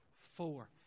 four